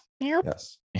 yes